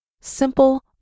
simple